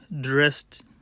dressed